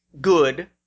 good